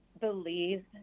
believe